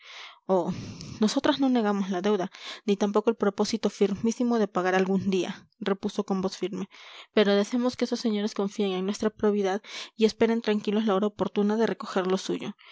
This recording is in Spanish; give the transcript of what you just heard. nosotras no negamos la deuda ni tampoco el proposito firmísimo de pagar algún día repuso con voz firme pero deseamos que esos señores confíen en nuestra probidad y esperen tranquilos la hora oportuna de recoger lo suyo